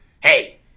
Hey